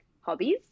hobbies